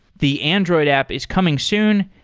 the android app is coming soon,